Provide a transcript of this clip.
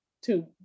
two